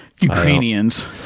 Ukrainians